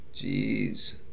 Jeez